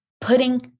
putting